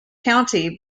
county